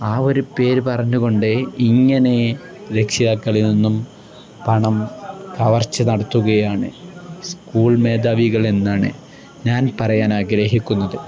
ആ ഒരു പേര് പറഞ്ഞു കൊണ്ട് ഇങ്ങനെ രക്ഷിതാക്കളിൽ നിന്നും പണം കവർച്ച നടത്തുകയാണ് സ്കൂൾ മേധാവികൾ എന്നാണ് ഞാൻ പറയാൻ ആഗ്രഹിക്കുന്നത്